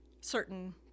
Certain